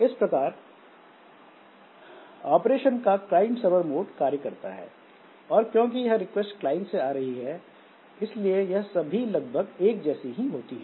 इस प्रकार ऑपरेशन का क्लाइंट सर्वर मोड कार्य करता है और क्योंकि यह रिक्वेस्ट क्लाइंट से आ रही है इसलिए यह सभी लगभग एक जैसी ही होती है